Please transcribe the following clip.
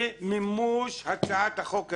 למימוש הצעת החוק הזאת.